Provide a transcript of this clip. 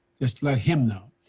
just let him know,